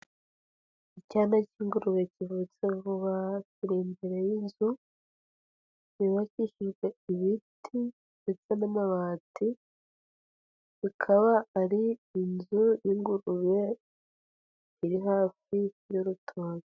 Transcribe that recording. Icyana cy'ingurube kivutse vuba kiri imbere y'inzu, yubakikijwe ibiti ndetse n'amabati, ikaba ari inzu y'ingurube, iri hafi y'urutoki.